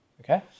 okay